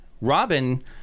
robin